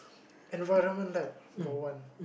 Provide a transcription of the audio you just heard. environment lab got one